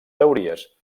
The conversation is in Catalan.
teories